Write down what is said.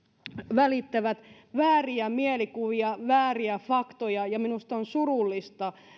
välittävät vääriä mielikuvia vääriä faktoja ja minusta on surullista